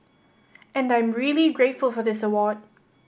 and I'm really very grateful for this award